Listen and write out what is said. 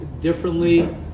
differently